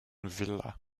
villa